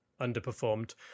underperformed